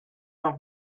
noch